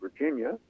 Virginia